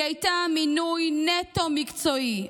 היא הייתה מינוי נטו מקצועי,